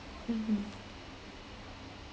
mmhmm